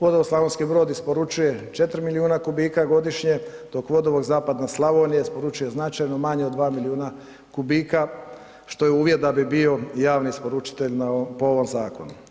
Vodovod Slavonski Brod isporučuje 4 milijuna kubika godišnje, dok Vodovod Zapadna Slavonija isporučuje značajno manje od 2 milijuna kubika, što je uvjet da bi bio javni isporučitelj po ovom zakonu.